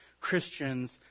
Christians